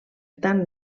tant